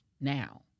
now